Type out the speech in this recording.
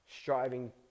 Striving